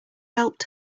helped